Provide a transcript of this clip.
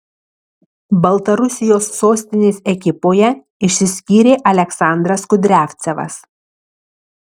baltarusijos sostinės ekipoje išsiskyrė aleksandras kudriavcevas